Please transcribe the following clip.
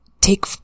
take